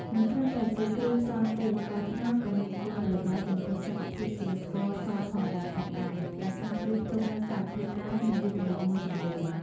មិនត្រឹមតែជាគ្រឿងផ្សំទេ ស្ករត្នោតក៏មានគុណប្រយោជន៍ចំពោះសុខភាពជាងស្ករសធម្មតាផងដែរ ដោយសារវាផ្ទុកនូវសារធាតុរ៉ែ និងវីតាមីនមួយចំនួន។